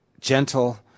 gentle